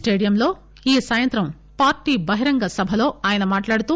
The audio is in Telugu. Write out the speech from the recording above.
స్టేడియంలో ఈ సాయంత్రం పార్టీ బహిరంగ సభలో ఆయన మాట్లాడుతూ